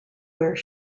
where